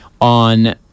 on